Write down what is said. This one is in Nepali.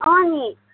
अँ नि